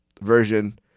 version